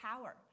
power